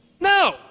No